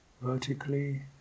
vertically